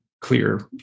clear